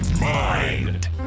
mind